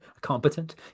competent